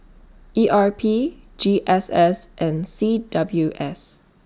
E R P G S S and C W S